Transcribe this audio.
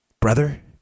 brother